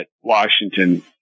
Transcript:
Washington